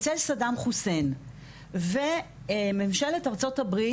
אצל סדאם חוסיין וממשלת ארצות הברית,